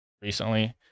recently